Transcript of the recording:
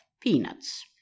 peanuts